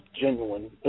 genuine